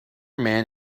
man